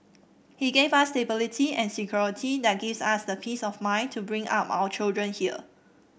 he gave us stability and security that gives us the peace of mind to bring up our children here